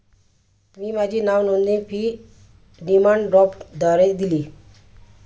मी माझी नावनोंदणी fee demand ड्राफ्टद्वारे दिली